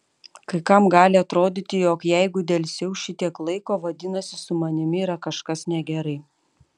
kai kam gali atrodyti jog jeigu delsiau šitiek laiko vadinasi su manimi yra kažkas negerai